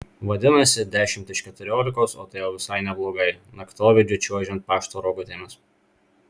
vadinasi dešimt iš keturiolikos o tai jau visai neblogai naktovidžiu čiuožiant pašto rogutėmis